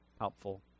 helpful